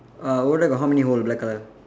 uh over there got how many hole black color